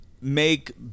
make